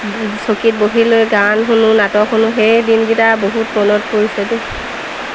চকীত বহিলৈ গান শুনো নাটক শুনো সেই দিনকেইটা বহুত মনত পৰিছে দেই